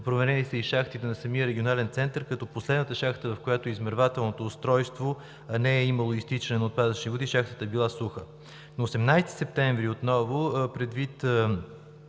Проверени са и шахтите на самия Регионален център, като в последната шахта, в която е измервателното устройство, не е имало изтичане на отпадъчни води и шахтата е била суха. На 18 септември 2019 г. отново, предвид